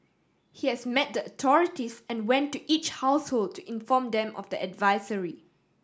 he has met the authorities and went to each household to inform them of the advisory